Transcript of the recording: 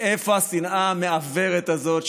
מאיפה השנאה המעוורת הזאת,